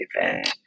event